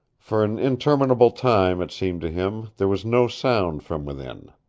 for an interminable time, it seemed to him, there was no sound from within.